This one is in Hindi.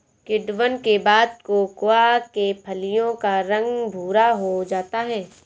किण्वन के बाद कोकोआ के फलियों का रंग भुरा हो जाता है